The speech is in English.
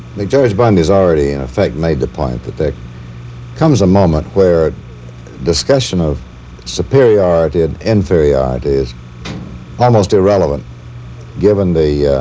mcgeorge bundy has already, in effect, made the point that there comes a moment where discussion of superiority and inferiority is almost irrelevant given the